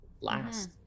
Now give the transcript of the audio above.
last